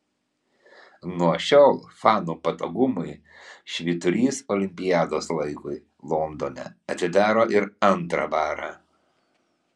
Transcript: nuo šiol fanų patogumui švyturys olimpiados laikui londone atidaro ir antrą barą